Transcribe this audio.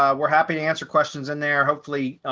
um we're happy to answer questions in there, hopefully.